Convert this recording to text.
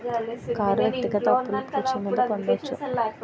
car వ్యక్తిగత అప్పులు పూచి మీద పొందొచ్చు